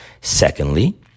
Secondly